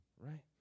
right